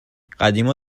قدیما